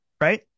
Right